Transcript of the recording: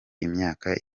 imyaka